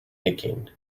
aching